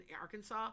Arkansas